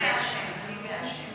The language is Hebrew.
טיבי אשם, טיבי אשם.